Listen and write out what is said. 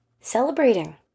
celebrating